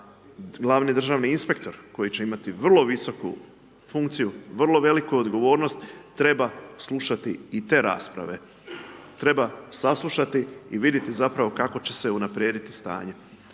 glavni državni inspektor koji će imati vrlo visoku funkciju, vrlo veliku odgovornost, treba slušati i te rasprave, treba saslušati i vidjeti zapravo kako će se unaprijediti stanje.